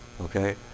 okay